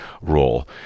role